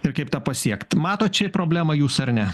ir kaip tą pasiekt matot čia problemą jūs ar ne